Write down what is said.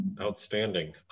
Outstanding